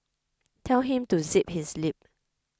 tell him to zip his lip